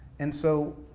and so,